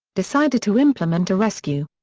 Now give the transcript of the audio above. decided to implement a rescue.